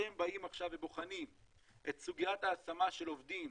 כשאתם באים עכשיו ובוחנים את סוגיית ההשמה של עובדים